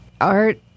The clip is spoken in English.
art